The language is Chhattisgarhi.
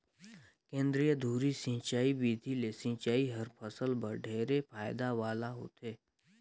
केंद्रीय धुरी सिंचई बिधि ले सिंचई हर फसल बर ढेरे फायदा वाला होथे